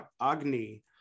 agni